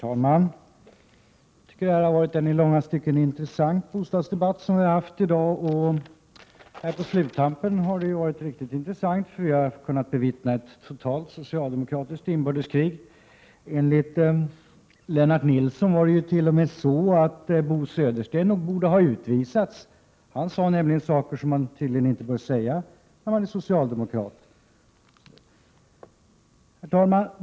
Herr talman! Det har varit en i långa stycken intressant bostadsdebatt vi haft i dag. Här på sluttampen har det varit särskilt intressant. Vi har fått bevittna ett totalt socialdemokratiskt inbördeskrig. Enligt Lennart Nilsson borde Bo Södersten ha utvisats. Han säger tydligen saker som man inte får säga när man är socialdemokrat. Herr talman!